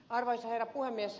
arvoisa herra puhemies